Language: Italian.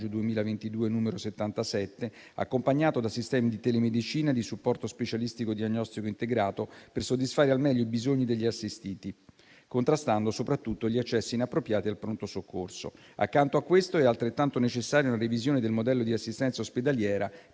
2022, n. 77, accompagnato da sistemi di telemedicina e di supporto specialistico diagnostico integrato per soddisfare al meglio i bisogni degli assistiti, contrastando soprattutto gli accessi inappropriati al pronto soccorso. Accanto a questo, è altrettanto necessaria una revisione del modello di assistenza ospedaliera